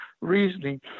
reasoning